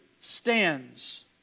stands